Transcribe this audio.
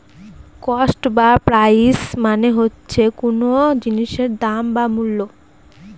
cost বা price মানে হচ্ছে কোন জিনিসের দাম বা মূল্য